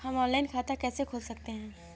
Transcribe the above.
हम ऑनलाइन खाता कैसे खोल सकते हैं?